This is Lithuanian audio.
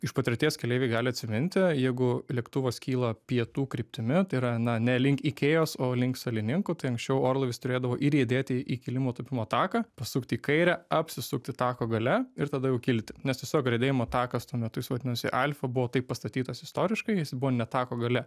iš patirties keleiviai gali atsiminti jeigu lėktuvas kyla pietų kryptimi tai yra na ne link ikėjos o link salininkų tai anksčiau orlaivis turėdavo įriedėti į kilimo tūpimo taką pasukti į kairę apsisukti tako gale ir tada jau kilti nes tiesiog riedėjimo takas tuo metu jis vadinosi alfa buvo taip pastatytas istoriškai jis buvo ne tako gale